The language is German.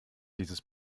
dieses